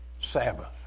Sabbath